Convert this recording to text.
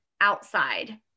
outside